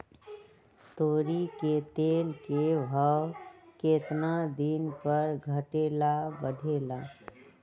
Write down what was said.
तोरी के तेल के भाव केतना दिन पर घटे ला बढ़े ला?